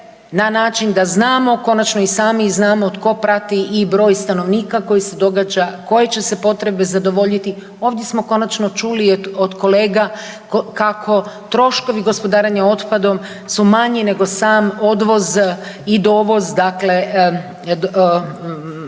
na način da znamo konačno i sami znamo tko prati i broj stanovnika koji se događa, koje će se potrebe zadovoljiti, ovdje smo konačno čuli i od kolega kako troškovi gospodarenja otpadom su manji nego sam odvoz i dovoz dakle našega